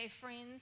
friends